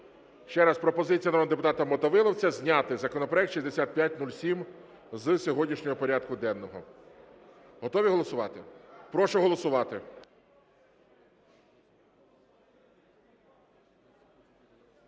Ще раз, пропозиція народного депутата Мотовиловця зняти законопроект 6507 з сьогоднішнього порядку денного. Готові голосувати? Прошу голосувати.